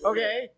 Okay